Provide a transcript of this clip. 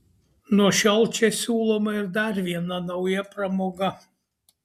nuo šiol čia siūloma ir dar viena nauja pramoga